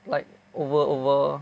like over over